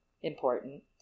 Important